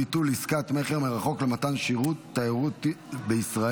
ביטול עסקת מכר מרחוק למתן שירותי תיירות בישראל),